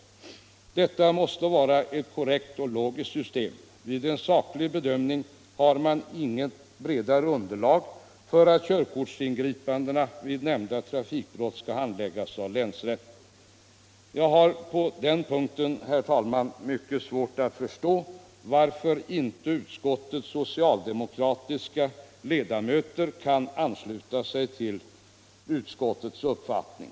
Detta måste vara ett korrekt och logiskt system. Vid en saklig bedömning har man inget bredare underlag för att körkortsingripandena vid nämnda trafikbrott skall handläggas av länsrätt. Jag har på den punkten, herr talman, litet svårt att förstå varför inte utskottets socialdemokratiska ledamöter kan ansluta sig till utskottets uppfattning.